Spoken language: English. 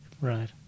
Right